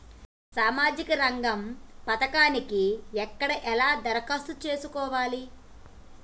సామాజిక రంగం పథకానికి ఎక్కడ ఎలా దరఖాస్తు చేసుకోవాలి?